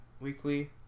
Weekly